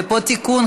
ופה תיקון,